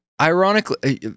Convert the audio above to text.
Ironically